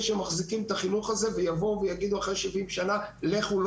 שמחזיקים את החינוך הזה ויבואו ויאמרו אחרי 70 שנים לכו,